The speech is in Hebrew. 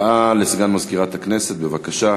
הודעה לסגן מזכירת הכנסת,